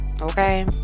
Okay